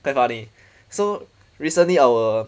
damn funny so recently our